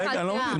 אני לא מבין.